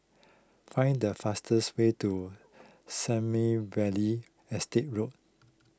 find the fastest way to Sommerville Estate Road